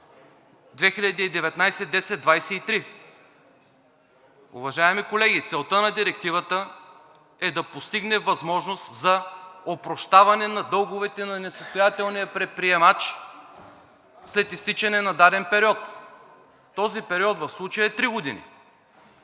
2019/1023. Уважаеми колеги, целта на Директивата е да постигне възможност за опрощаване на дълговете на несъстоятелния предприемач след изтичане на даден период. Този период в случая е три години.